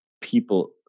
people